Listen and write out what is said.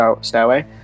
stairway